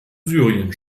syrien